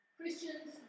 Christians